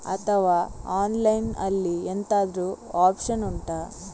ಅಥವಾ ಆನ್ಲೈನ್ ಅಲ್ಲಿ ಎಂತಾದ್ರೂ ಒಪ್ಶನ್ ಉಂಟಾ